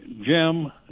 Jim